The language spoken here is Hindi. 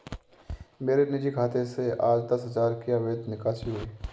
मेरे निजी खाते से आज दस हजार की अवैध निकासी हुई है